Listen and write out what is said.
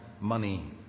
money